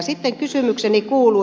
sitten kysymykseni kuuluu